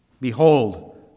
Behold